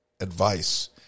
advice